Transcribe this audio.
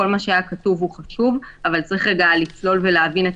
כל מה שהיה כתוב הוא חשוב אבל צריך לצלול ולהבין את